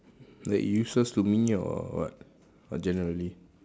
like useless to me or what or generally